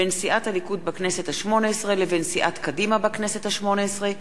בין סיעת הליכוד בכנסת השמונה-עשרה לבין סיעת קדימה בכנסת השמונה-עשרה,